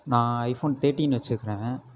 நான் iPhone thirteen வச்சிக்குறேன்